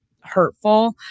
hurtful